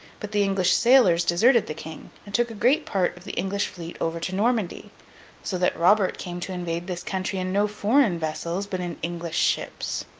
but the english sailors deserted the king, and took a great part of the english fleet over to normandy so that robert came to invade this country in no foreign vessels, but in english ships.